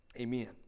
Amen